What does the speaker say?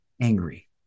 angry